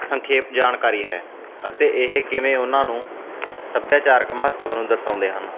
ਸੰਖੇਪ ਜਾਣਕਾਰੀ ਹੈ ਅਤੇ ਇਹ ਕਿਵੇਂ ਉਹਨਾਂ ਨੂੰ ਸੱਭਿਆਚਾਰਕ ਮਹੱਤਵ ਨੂੰ ਦਰਸਾਉਂਦੇ ਹਨ